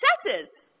successes